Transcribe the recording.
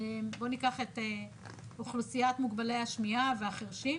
בואו ניקח את אוכלוסיות מוגבלי השמיעה והחירשים,